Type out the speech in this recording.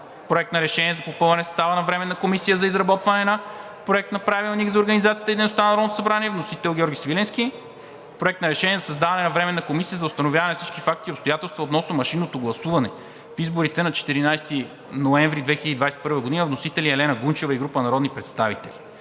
Проект на решение за попълване състава на Временната комисия за изработване на Проект на правилник за организацията и дейността на Народното събрание. Вносител – Георги Свиленски. Проект на решение за създаване на Временна комисия за установяване на всички факти и обстоятелства относно машинното гласуване в изборите на 14 ноември 2021 г. Вносители – Елена Гунчева и група народни представители.